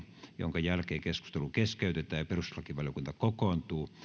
minkä jälkeen keskustelu keskeytetään ja perustuslakivaliokunta kokoontuu